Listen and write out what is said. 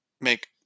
make